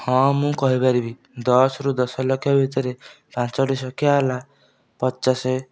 ହଁ ମୁଁ କହିପାରିବି ଦଶ ରୁ ଦଶ ଲକ୍ଷ ଭିତରେ ପାଞ୍ଚୋଟି ସଂଖ୍ୟା ହେଲା ପଚାଶ